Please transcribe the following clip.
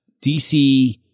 DC